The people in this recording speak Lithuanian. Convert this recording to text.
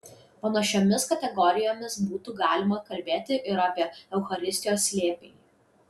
panašiomis kategorijomis būtų galima kalbėti ir apie eucharistijos slėpinį